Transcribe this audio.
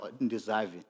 undeserving